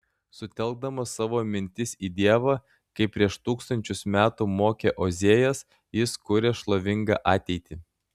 sutelkdamas savo mintis į dievą kaip prieš tūkstančius metų mokė ozėjas jis kuria šlovingą ateitį